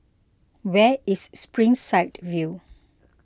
where is Springside View